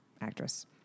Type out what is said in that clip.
actress